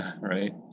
right